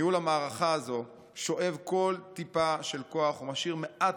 ניהול המערכה הזו שואב כל טיפה של כוח ומשאיר מעט